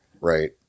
right